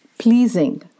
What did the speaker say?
Pleasing